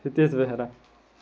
Satish Behera